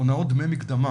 הונאות דמי מקדמה.